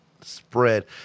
spread